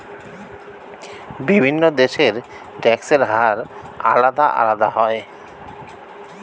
বিভিন্ন দেশের ট্যাক্সের হার আলাদা আলাদা হয়